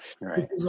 Right